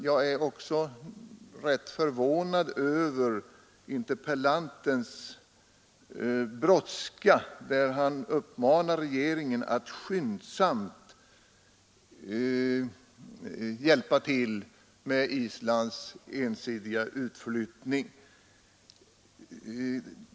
Jag är också rätt förvånad över interpellantens brådska när han uppmanar regeringen att skyndsamt hjälpa till med Islands ensidiga utflyttning av fiskegränserna.